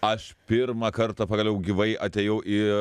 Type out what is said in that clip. aš pirmą kartą pagaliau gyvai atėjau į